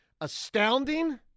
astounding